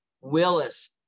Willis